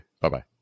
Bye-bye